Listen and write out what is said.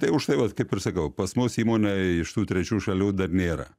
tai užtai vat kaip ir sakau pas mus įmonėj iš tų trečių šalių dar nėra